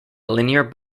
linear